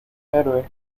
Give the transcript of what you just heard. héroe